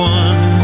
one